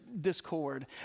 discord